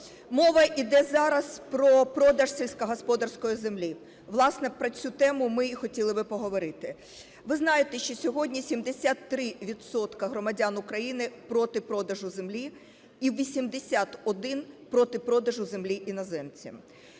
мова іде зараз про продаж сільськогосподарської землі, власне, про цю тему ми і хотіли би поговорити. Ви знаєте, що сьогодні 73 відсотки громадян України проти продажу землі і 81 проти продажу землі іноземцям.